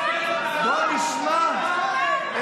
בוא נשמע,